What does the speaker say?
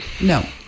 No